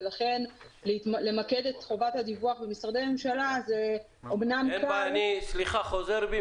ולכן למקד את חובת הדיווח במשרדי ממשלה זה אמנם --- אני חוזר בי